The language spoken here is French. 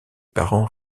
parents